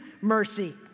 mercy